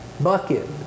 bucket